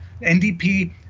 NDP